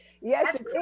Yes